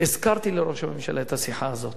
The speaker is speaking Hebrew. הזכרתי לראש הממשלה את השיחה הזאת.